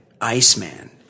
Iceman